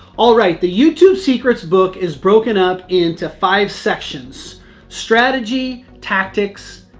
all right, the youtube secrets book is broken up into five sections strategy, tactics,